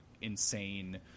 insane